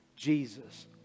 Jesus